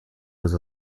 was